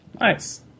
nice